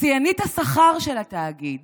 שיאנית השכר של התאגיד